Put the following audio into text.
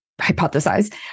hypothesize